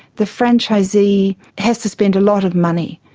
the franchisee has to spend a lot of money.